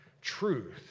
truth